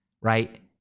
right